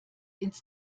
ins